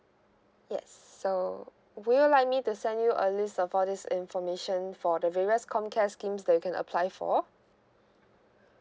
yes so would you like me to send you a list of all these information for the various comcare schemes that you can apply for